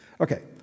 Okay